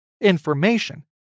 information